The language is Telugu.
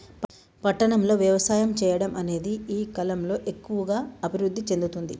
పట్టణం లో వ్యవసాయం చెయ్యడం అనేది ఈ కలం లో ఎక్కువుగా అభివృద్ధి చెందుతుంది